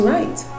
Right